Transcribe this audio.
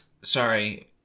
Sorry